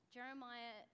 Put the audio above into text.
Jeremiah